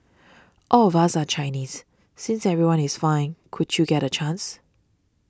all of us are Chinese since everyone is fine could you get a chance